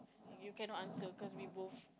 you cannot answer cause we both